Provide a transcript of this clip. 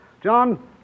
John